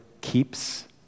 keeps